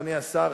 אדוני השר,